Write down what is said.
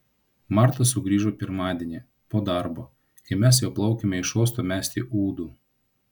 marta sugrįžo pirmadienį po darbo kai mes jau plaukėme iš uosto mesti ūdų